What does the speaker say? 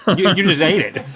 you just ate it.